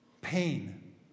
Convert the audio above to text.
pain